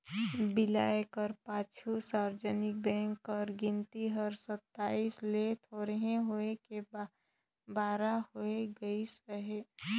बिलाए कर पाछू सार्वजनिक बेंक कर गिनती हर सताइस ले थोरहें होय के बारा होय गइस अहे